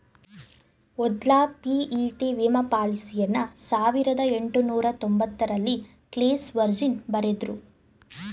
ಮೊದ್ಲ ಪಿ.ಇ.ಟಿ ವಿಮಾ ಪಾಲಿಸಿಯನ್ನ ಸಾವಿರದ ಎಂಟುನೂರ ತೊಂಬತ್ತರಲ್ಲಿ ಕ್ಲೇಸ್ ವರ್ಜಿನ್ ಬರೆದ್ರು